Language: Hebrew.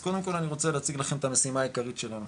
אז קודם כל אני רוצה להציג לכם את המשימה העיקרית שלנו,